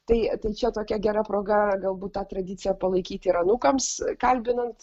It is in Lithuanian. tai tai čia tokia gera proga galbūt tą tradiciją palaikyti ir anūkams kalbinant